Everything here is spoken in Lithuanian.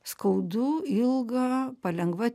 skaudu ilga palengva